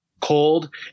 cold